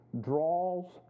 draws